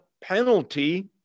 penalty